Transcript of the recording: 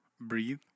Breathe